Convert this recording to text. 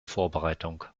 vorbereitung